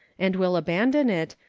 and will abandon it,